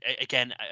again